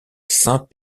saint